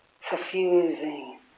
suffusing